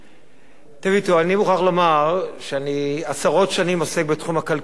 אני מוכרח לומר שאני עשרות שנים עוסק בתחום הכלכלה ומעולם